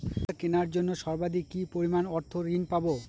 সার কেনার জন্য সর্বাধিক কি পরিমাণ অর্থ ঋণ পাব?